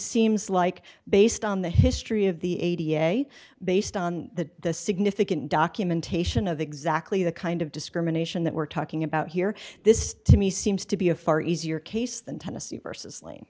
seems like based on the history of the a d a s based on that significant documentation of exactly the kind of discrimination that we're talking about here this to me seems to be a far easier case than tennessee versus l